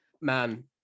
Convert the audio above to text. Man